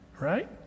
Right